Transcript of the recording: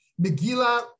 Megillah